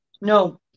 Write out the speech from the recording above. No